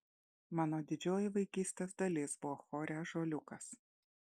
mano didžioji vaikystės dalis buvo chore ąžuoliukas